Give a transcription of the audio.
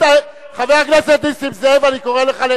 אתה חוזר, חבר הכנסת נסים זאב, אני קורא לך.